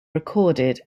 recorded